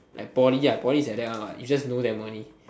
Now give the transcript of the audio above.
like poly poly is like that one what poly you just know them only